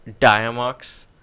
Diamox